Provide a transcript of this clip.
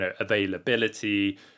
availability